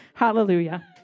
Hallelujah